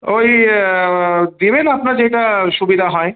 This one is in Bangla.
ওই দেবেন আপনার যেটা সুবিধা হয়